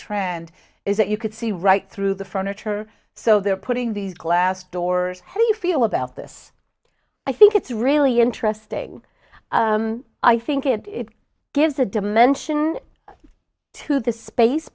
trend is that you can see right through the furniture so they're putting these glass doors how do you feel about this i think it's really interesting i think it gives a dimension to the space